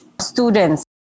students